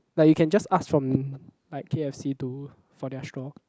like you can just ask from like K_F_C to for their straw